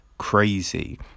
Crazy